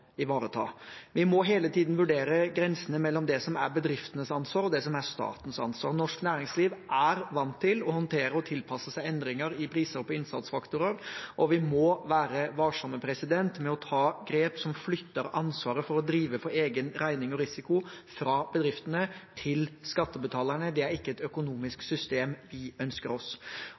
ivareta. Vi må hele tiden vurdere grensen mellom det som er bedriftenes ansvar, og det som er statens ansvar. Norsk næringsliv er vant til å håndtere og tilpasse seg endringer i prishopp og innsatsfaktorer, og vi må være varsomme med å ta grep som flytter ansvaret for å drive for egen regning og risiko fra bedriftene til skattebetalerne. Det er ikke et økonomisk system vi ønsker oss.